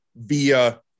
via